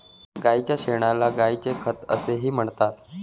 गायीच्या शेणाला गायीचे खत असेही म्हणतात